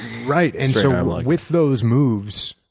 right. and so um like with those moves,